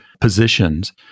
positions